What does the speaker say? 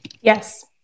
Yes